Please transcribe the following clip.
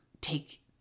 take